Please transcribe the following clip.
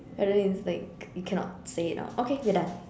and then it's like you cannot say it out okay we're done